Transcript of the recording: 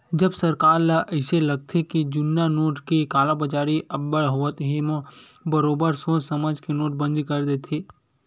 जब सरकार ल अइसे लागथे के जुन्ना नोट के कालाबजारी अब्बड़ होवत हे म बरोबर सोच समझ के नोटबंदी कर देथे